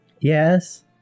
Yes